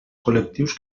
col·lectius